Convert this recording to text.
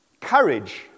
Courage